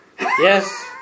Yes